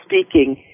speaking